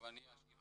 באיזה